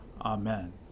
Amen